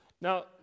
Now